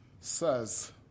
says